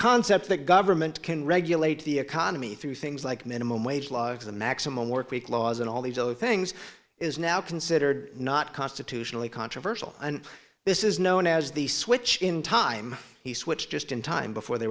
concept that government can regulate the economy through things like minimum wage laws the maximum workweek laws and all these other things is now considered not constitutionally controversial and this is known as the switch in time he switched just in time before they